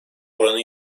oranı